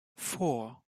four